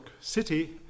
City